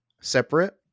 separate